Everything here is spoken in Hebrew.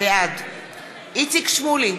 בעד איציק שמולי,